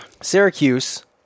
Syracuse